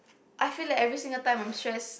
I feel like every single time I'm stressed